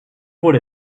wurde